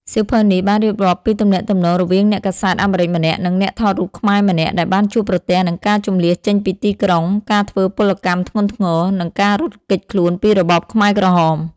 សៀវភៅនេះបានរៀបរាប់ពីទំនាក់ទំនងរវាងអ្នកកាសែតអាមេរិកម្នាក់ និងអ្នកថតរូបខ្មែរម្នាក់ ដែលបានជួបប្រទះនឹងការជម្លៀសចេញពីទីក្រុង ការធ្វើពលកម្មធ្ងន់ធ្ងរ និងការរត់គេចខ្លួនពីរបបខ្មែរក្រហម។